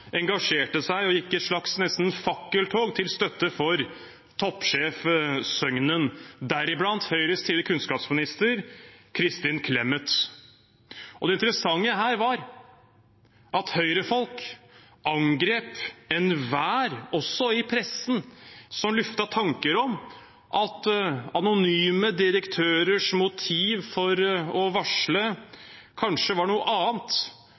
engasjerte seg og gikk i nesten et slags fakkeltog til støtte for toppsjef Søgnen, deriblant Høyres tidligere kunnskapsminister Kristin Clemet. Det interessante her var at Høyre-folk angrep enhver – også i pressen – som luftet tanker om at anonyme direktørers motiv for å varsle kanskje var noe annet